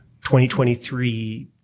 2023